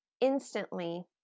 instantly